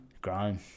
grown